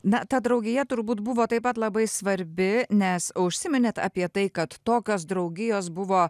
na ta draugija turbūt buvo taip pat labai svarbi nes užsiminėt apie tai kad tokios draugijos buvo